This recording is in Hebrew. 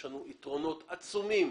יש לנו יתרונות עצומים